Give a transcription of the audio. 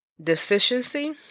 deficiency